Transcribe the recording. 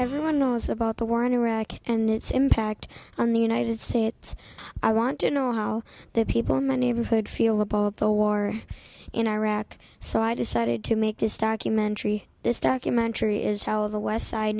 everyone knows about the war in iraq and its impact on the united states i want to know how the people in my neighborhood feel about the war in iraq so i decided to make this documentary this documentary is how the west side